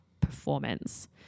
performance